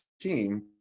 team